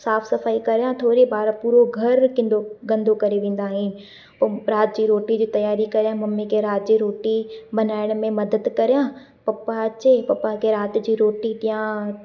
साफ़ु सफ़ाई करियां थोरी ॿार पूरो घरु किनो गंदो करे वेंदो आहिनि पोइ राति जी रोटी जी तयारी करियां मम्मी खे राति जी रोटी बनाइण में मदद करियां पपा अचे पपा खे राति जी रोटी ॾियां